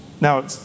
Now